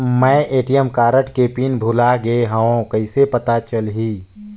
मैं ATM card के PIN भुलाए गे हववं कइसे पता चलही?